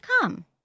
come